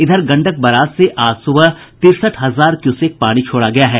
इधर गंडक बराज से आज सुबह तिरसठ हजार क्यूसेक पानी छोड़ा गया है